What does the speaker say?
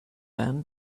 and